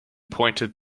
pointed